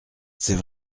c’est